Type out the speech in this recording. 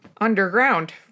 underground